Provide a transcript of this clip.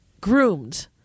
groomed